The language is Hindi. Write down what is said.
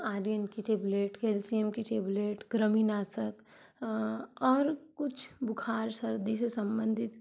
आयरन की टैबलेट कैल्शियम की टैबलेट कृमिनाशक और कुछ बुखार सर्दी से सम्बंधित